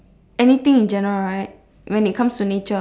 anything in general right when it comes to nature